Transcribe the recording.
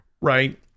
right